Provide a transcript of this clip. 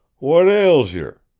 what ails yer?